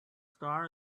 star